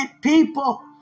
people